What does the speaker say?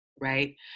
right